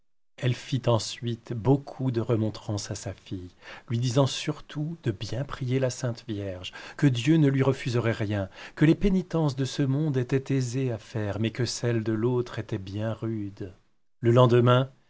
elle fit ensuite beaucoup de remontrances à sa fille lui disant surtout de bien prier la sainte vierge que dieu ne lui refuserait rien que les pénitences de ce monde étaient aisées à faire mais que celles de l'autre étaient bien rudes le lendemain